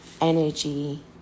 energy